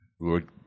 lord